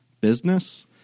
business